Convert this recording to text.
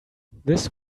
this